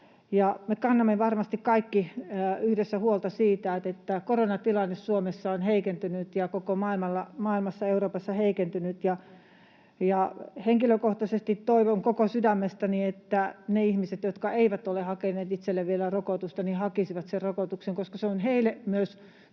Me kannamme varmasti kaikki yhdessä huolta siitä, että koronatilanne Suomessa ja koko maailmassa ja Euroopassa on heikentynyt. Ja henkilökohtaisesti toivon koko sydämestäni, että ne ihmiset, jotka eivät ole vielä hakeneet itselleen rokotusta, hakisivat sen rokotuksen, koska se on heille myös suuri